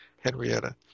Henrietta